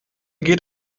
geht